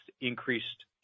increased